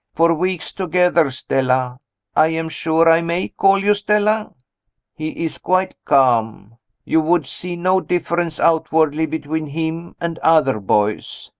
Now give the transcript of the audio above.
for weeks together, stella i am sure i may call you stella he is quite calm you would see no difference outwardly between him and other boys.